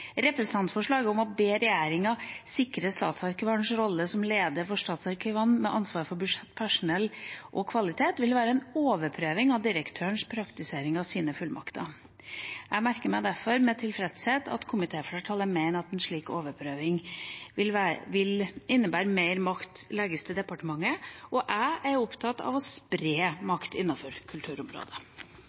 Representantforslaget om å be regjeringa sikre statsarkivarens rolle som leder for statsarkivene med ansvar for budsjett, personell og kvalitet, vil være en overprøving av direktørens praktisering av fullmaktene. Jeg merker meg derfor med tilfredshet at komitéflertallet mener at en slik overprøving vil innebære at mer makt legges til departementet, og jeg er opptatt av å spre makt innen kulturområdet.